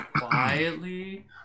quietly